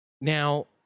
Now